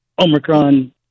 Omicron